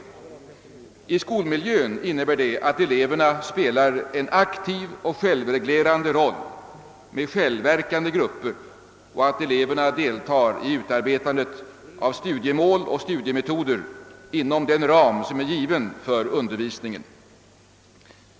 I skolmiljön innebär detta att eleverna spelar en aktiv och självreglerande roll med <:självverkande grupper och att eleverna deltar i utarbetandet av studiemål och studiemetoder inom den ram som är given för undervisningen.